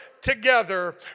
together